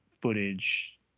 footage